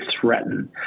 threaten